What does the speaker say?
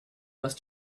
must